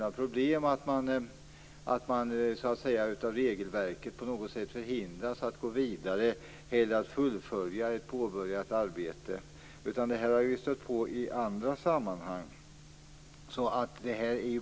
Hälsonätet är inte det enda exemplet på att regelverket kan leda till problem och förhindra att ett påbörjat arbete fullföljs. Detta har vi stött på också i andra sammanhang.